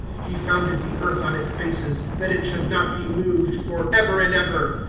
he founded the earth on its bases, that it should not be moved forever and ever.